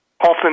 often